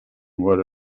were